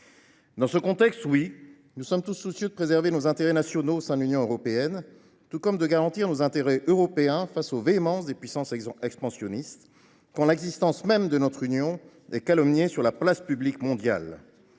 Dans ce contexte, nous sommes tous soucieux de préserver nos intérêts nationaux au sein de l’Union européenne et de garantir nos intérêts européens face à la véhémence des puissances expansionnistes, alors que l’Union est calomniée sur la place publique mondiale